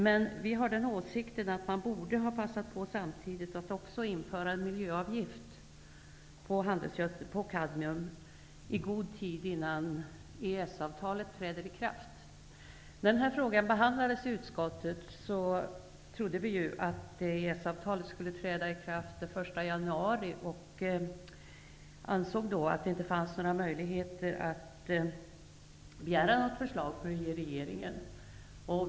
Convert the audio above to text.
Men vi har den åsikten att man samtidigt borde ha passat på att också införa en miljöavgift på kadmium i god tid innan EES-avtalet träder i kraft. När den här frågan behandlades i utskottet, trodde vi ju att EES-avtalet skulle träda i kraft den 1 januari, och vi ansåg att det inte fanns några möjligheter för regeringen att lägga fram ett förslag.